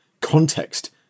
context